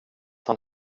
han